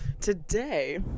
Today